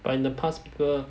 but in the past people